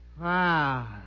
Wow